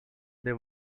they